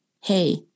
hey